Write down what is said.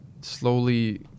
slowly